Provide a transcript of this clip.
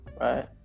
Right